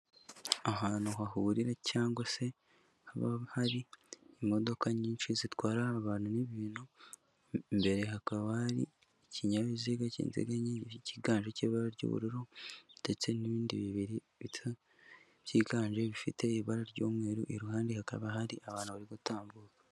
Ahantu hahurira cyangwa se haba hari imodoka nyinshi zitwara abantu n'ibintu, imbere hakaba hari ikinyabiziga cy'inziganye cyiganje cy'ibara ry'ubururu ndetse n'ibindi bibiri byiganje bifite ibara ry'umweru, iruhande hakaba hari abantu bari gutambuka.